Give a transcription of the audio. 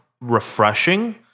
refreshing